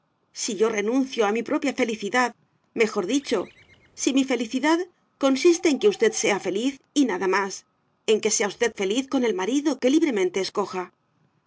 si yo renuncio a mi propia felicidad mejor dicho si mi felicidad consiste en que usted sea feliz y nada más en que sea usted feliz con el marido que libremente escoja